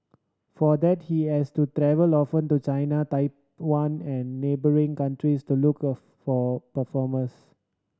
for that he has to travel often to China Taiwan and neighbouring countries to look for performers